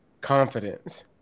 confidence